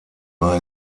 war